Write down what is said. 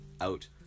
out